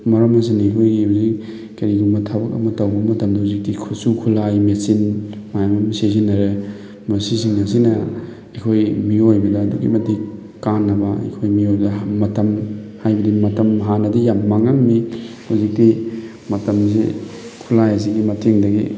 ꯃꯔꯝ ꯑꯁꯤꯅ ꯑꯩꯈꯣꯏꯒꯤ ꯍꯧꯖꯤꯛ ꯀꯔꯤꯒꯨꯝꯕ ꯊꯕꯛ ꯑꯃ ꯇꯧꯕ ꯃꯇꯝꯗ ꯍꯧꯖꯤꯛꯇꯤ ꯈꯨꯠꯁꯨ ꯈꯨꯠꯂꯥꯏ ꯃꯦꯆꯤꯟ ꯃꯌꯥꯝ ꯑꯃ ꯁꯤꯖꯤꯟꯅꯔꯦ ꯃꯁꯤꯁꯤꯡ ꯑꯁꯤꯅ ꯑꯩꯈꯣꯏ ꯃꯤꯑꯣꯏꯕꯗ ꯑꯗꯨꯛꯀꯤ ꯃꯇꯤꯛ ꯀꯥꯅꯕ ꯑꯩꯈꯣꯏ ꯃꯤꯑꯣꯏꯕꯗ ꯃꯇꯝ ꯍꯥꯏꯕꯗꯤ ꯃꯇꯝ ꯍꯥꯟꯅꯗꯤ ꯌꯥꯝ ꯃꯥꯡꯂꯝꯃꯤ ꯍꯧꯖꯤꯛꯇꯤ ꯃꯇꯝꯁꯤ ꯈꯨꯂꯥꯏ ꯑꯁꯤꯒꯤ ꯃꯇꯦꯡꯗꯒꯤ